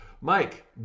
Mike